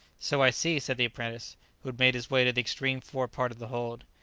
so i see, said the apprentice, who had made his way to the extreme fore-part of the hold.